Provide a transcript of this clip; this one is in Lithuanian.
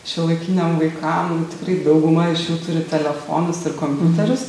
šiuolaikiniam vaikam tikrai dauguma iš jų turi telefonus ir kompiuterius